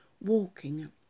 walking